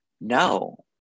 No